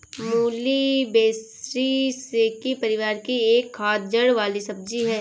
मूली ब्रैसिसेकी परिवार की एक खाद्य जड़ वाली सब्जी है